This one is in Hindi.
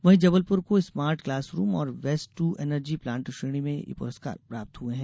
वहीं जबलपुर को स्मार्ट क्लासरूम और वेस्ट टू एनर्जी प्लांट श्रेणी में ये पुरस्कार प्राप्त हुए हैं